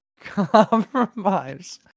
Compromise